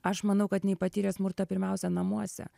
aš manau kad jinai patyrė smurtą pirmiausia namuose